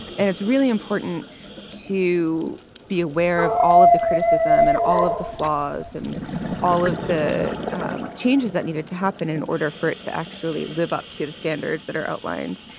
and it's really important to be aware of all of the criticism and all of the flaws and all of the changes that needed to happen in order for it to actually live up to the standards that are outlined.